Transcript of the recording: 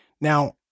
Now